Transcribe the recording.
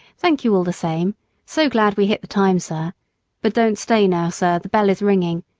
thank you all the same so glad we hit the time, sir but don't stay now, sir, the bell is ringing.